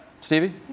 Stevie